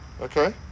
Okay